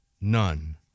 none